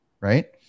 Right